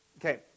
Okay